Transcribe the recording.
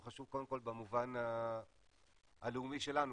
הוא חשוב קודם כל במובן הלאומי שלנו,